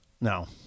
No